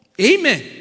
amen